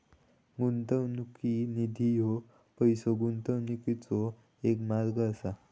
गुंतवणूक निधी ह्या पैसो गुंतवण्याचो एक मार्ग असा